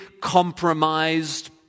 compromised